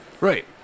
Right